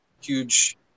huge